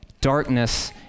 darkness